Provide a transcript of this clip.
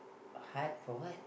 hard for what